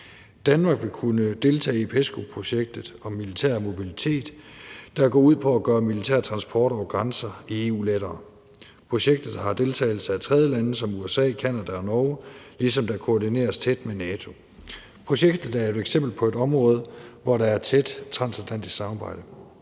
Danmark vil kunne deltage i PESCO-projektet om militær mobilitet, der går ud på at gøre militær transport over grænser i EU lettere. Projektet har deltagelse af tredjelande som USA, Canada og Norge, ligesom der koordineres tæt med NATO. Projektet er et eksempel på et område, hvor der er tæt transatlantisk samarbejde.